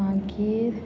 मागीर